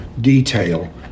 detail